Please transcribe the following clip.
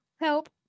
help